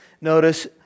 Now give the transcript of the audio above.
notice